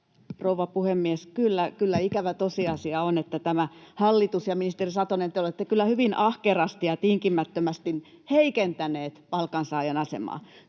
rouva puhemies! Kyllä ikävä tosiasia on, että tämä hallitus ja, ministeri Satonen, te olette kyllä hyvin ahkerasti ja tinkimättömästi heikentäneet palkansaajan asemaa.